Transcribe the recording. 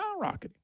skyrocketing